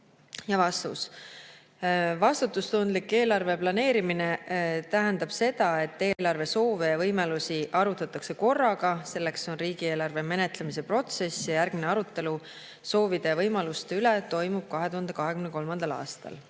Vastus. Vastutustundlik eelarve planeerimine tähendab seda, et eelarvesoove ja ‑võimalusi arutatakse korraga. Selleks on riigieelarve menetlemise protsess. Järgmine arutelu soovide ja võimaluste üle toimub 2023. aastal.